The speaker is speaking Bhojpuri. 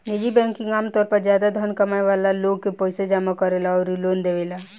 निजी बैंकिंग आमतौर पर ज्यादा धन कमाए वाला लोग के पईसा जामा करेला अउरी लोन देवेला